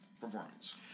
performance